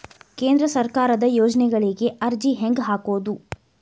ಕೇಂದ್ರ ಸರ್ಕಾರದ ಯೋಜನೆಗಳಿಗೆ ಅರ್ಜಿ ಹೆಂಗೆ ಹಾಕೋದು?